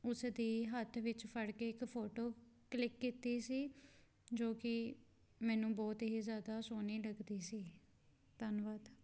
ਉਸ ਦੀ ਹੱਥ ਵਿੱਚ ਫੜ ਕੇ ਇੱਕ ਫੋਟੋ ਕਲਿੱਕ ਕੀਤੀ ਸੀ ਜੋ ਕਿ ਮੈਨੂੰ ਬਹੁਤ ਹੀ ਜ਼ਿਆਦਾ ਸੋਹਣੀ ਲੱਗਦੀ ਸੀ ਧੰਨਵਾਦ